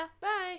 Bye